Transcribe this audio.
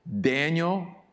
Daniel